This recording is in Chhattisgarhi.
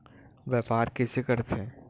व्यापार कइसे करथे?